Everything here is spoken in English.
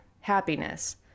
happiness